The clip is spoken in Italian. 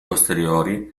posteriori